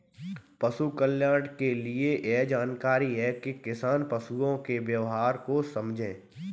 पशु कल्याण के लिए यह जरूरी है कि किसान पशुओं के व्यवहार को समझे